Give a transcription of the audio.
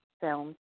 film